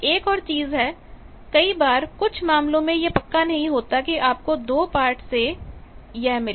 एक और चीज है कि कई बार कुछ मामलों में यह पक्का नहीं होता कि आपको 2 पार्ट् से यह मिले